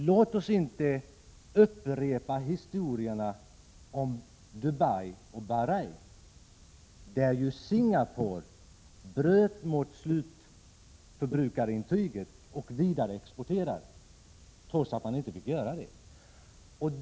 Låt oss inte upprepa historierna om Dubai och Bahrein, då Singapore bröt mot slutförbrukarintyget och vidareexporterade, trots att man inte fick göra det.